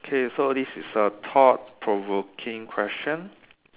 okay so this is a thought provoking question